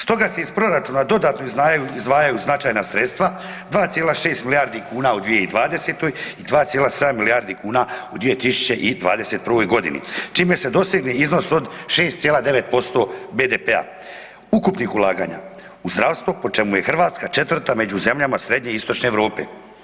Stoga se iz proračuna dodatno izdvajaju značajna sredstva 2,6 milijardi kuna u 2020. i 2,7 milijardi kuna u 2021.g., čime su dosegli iznos od 6,9% BDP-a ukupnih ulaganja u zdravstvu, po čemu je Hrvatska 4. među zemljama Srednje i Istočne Europe.